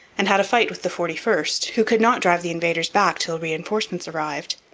and had a fight with the forty first, who could not drive the invaders back till reinforcements arrived.